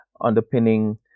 underpinning